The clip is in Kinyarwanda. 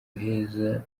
heza